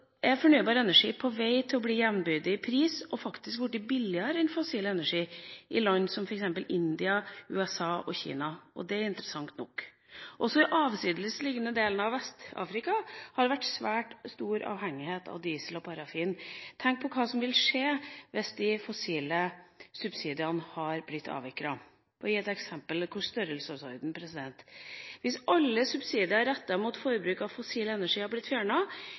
vei til å bli jevnbyrdig i pris og har faktisk blitt billigere enn fossil energi i land som f.eks. India, USA og Kina – og det er interessant nok. Også i den avsidesliggende delen av Vest-Afrika har det vært svært stor avhengighet av diesel og parafin. Tenk på hva som ville skje hvis de fossile subsidiene hadde blitt avviklet. Jeg skal gi et eksempel på størrelsesordenen. Hvis alle subsidier rettet mot forbruk av fossil energi hadde blitt